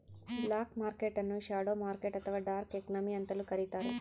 block market ನ್ನು shadow market ಅಥವಾ dark economy ಅಂತಲೂ ಕರಿತಾರೆ